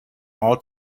all